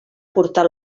portar